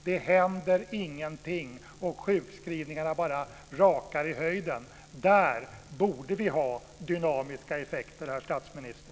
Det händer ingenting, och sjukskrivningarna bara rakar i höjden. Där borde vi ha dynamiska effekter, herr statsminister.